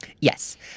Yes